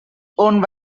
owned